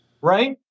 right